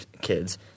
kids